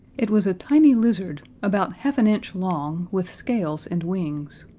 it was a tiny lizard, about half an inch long with scales and wings.